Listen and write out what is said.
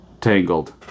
Tangled